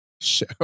show